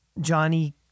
Johnny